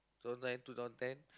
two thousand nine two thousand ten